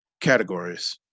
categories